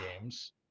games